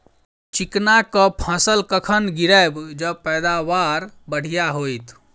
चिकना कऽ फसल कखन गिरैब जँ पैदावार बढ़िया होइत?